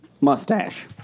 mustache